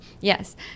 Yes